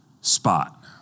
spot